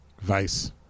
vice